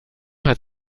hat